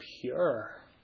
pure